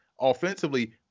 offensively